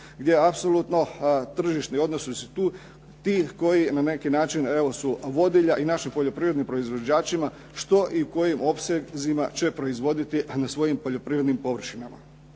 gdje je apsolutno tržišni odnosi su tu ti koji na neki način evo su vodilja i našim poljoprivrednim proizvođačima što i u kojim opsezima će proizvoditi na svojim poljoprivrednim površinama.